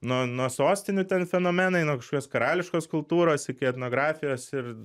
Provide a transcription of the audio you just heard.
nuo nuo sostinių ten fenomenai nuo kažkokios karališkos kultūros iki etnografijos ir